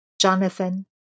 Jonathan